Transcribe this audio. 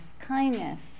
Kindness